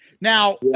Now